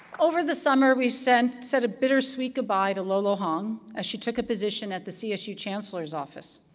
over the summer, we said said a bittersweet goodbye to luoluo hong, as she took a position at the csu chancellor's office.